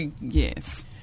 Yes